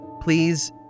Please